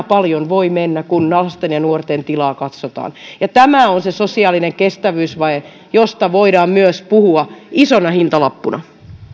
paljon voi mennä kun lasten ja nuorten tilaa katsotaan tämä on se sosiaalinen kestävyysvaje josta voidaan myös puhua isona hintalappuna